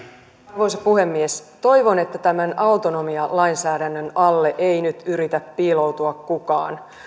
arvoisa puhemies toivon että tämän autonomialainsäädännön alle ei nyt yritä piiloutua kukaan